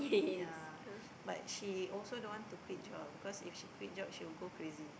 ya but she also don't want to quit job because if she quit job she will go crazy